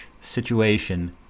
situation